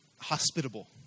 hospitable